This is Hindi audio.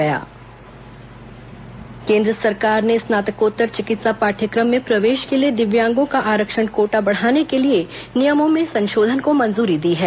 दिव्यांग आरक्षण कोटा संशोधन केंद्र सरकार ने स्नातकोत्तर चिकित्सा पाठ्यक्रम में प्रवेश के लिए दिव्यांगों का आरक्षण कोटा बढ़ाने के लिए नियमों में संशोधन को मंजूरी दी है